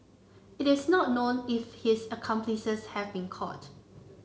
it is not known if his accomplices have been caught